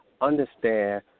understand